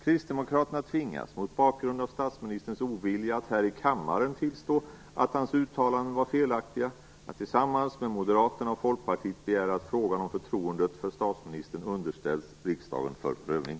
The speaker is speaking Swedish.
Kristdemokraterna tvingas, mot bakgrund av statsministerns ovilja att här i kammaren tillstå att hans uttalanden var felaktiga, att tillsammans med Moderaterna och Folkpartiet begära att frågan om förtroendet för statsministern underställs riksdagen för prövning.